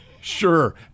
Sure